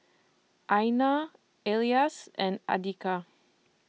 Aina Elyas and Andika